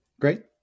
Great